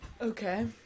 Okay